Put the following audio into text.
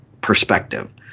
perspective